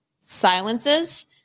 silences